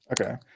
Okay